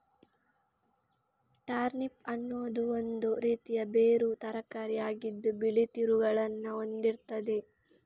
turnip ಅನ್ನುದು ಒಂದು ರೀತಿಯ ಬೇರು ತರಕಾರಿ ಆಗಿದ್ದು ಬಿಳಿ ತಿರುಳನ್ನ ಹೊಂದಿರ್ತದೆ